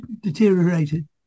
deteriorated